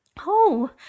Oh